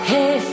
Hey